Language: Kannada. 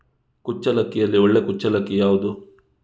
ಕುಚ್ಚಲಕ್ಕಿಯಲ್ಲಿ ಒಳ್ಳೆ ಕುಚ್ಚಲಕ್ಕಿ ಯಾವುದು?